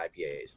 IPAs